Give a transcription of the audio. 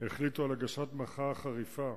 החליטו להגיש מחאה חריפה